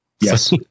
Yes